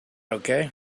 okay